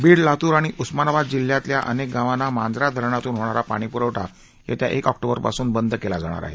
बीड लातूर आणि उस्मानाबाद जिल्ह्यातल्या अनेक गावांना मांजरा धरणातून होणारा पाणी पुरवठा येत्या एक ऑक्टोबर पासून बंद केला जाणार आहे